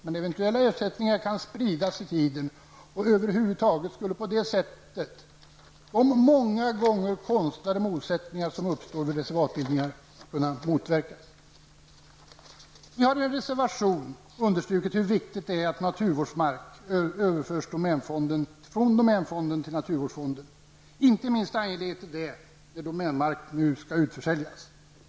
Eventuella ersättningar kan spridas i tiden och på detta sätt skulle de många gånger konstlade motsättningar som uppstår vid reservatsbildningar över huvud taget kunna motverkas. Vi har i en reservation understrukit hur viktigt det är att naturvårdsmark överförs från domänfonden till naturvårdsfonden. Inte minst angeläget är detta när domänmark nu skall utförsäljas.